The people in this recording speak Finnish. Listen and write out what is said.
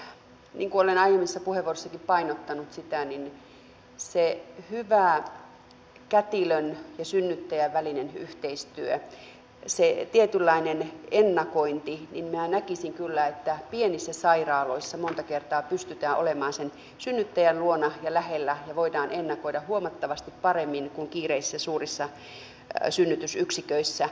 mutta ehkä niin kuin olen aiemmissakin puheenvuoroissa painottanut että hyvä kätilön ja synnyttäjän välinen yhteistyö se tietynlainen ennakointi minä näkisin kyllä että pienissä sairaaloissa monta kertaa pystytään olemaan sen synnyttäjän luona ja lähellä ja voidaan ennakoida huomattavasti paremmin kuin kiireisissä suurissa synnytysyksiköissä